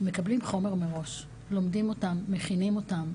מקבלים חומר מראש, לומדים אותו, מכינים אותו.